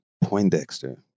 Poindexter